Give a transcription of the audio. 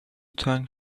تنگ